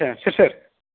ए सोर सोर